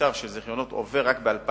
המשטר של זיכיונות עובר רק ב-2012,